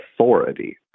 authority